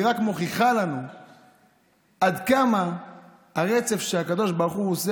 היא רק מוכיחה לנו עד כמה הרצף שהקדוש ברוך הוא עושה,